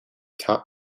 top